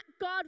God